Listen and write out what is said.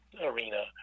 arena